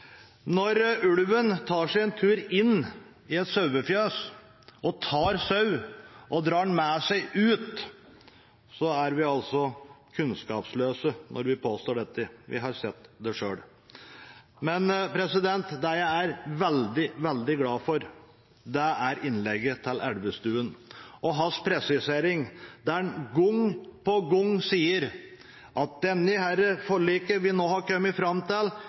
Når vi påstår at ulven tar seg en tur inn i et sauefjøs og tar sau og drar den med seg ut, er vi kunnskapsløse – men vi har sett det selv. Det jeg er veldig glad for, er innlegget til representanten Elvestuen og hans presisering, der han gang på gang sier at dette forliket vi nå har kommet fram til,